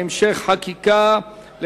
להעביר את הצעת חוק לתיקון פקודת העיריות (אזור חלוקת הכנסות),